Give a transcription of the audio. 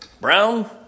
brown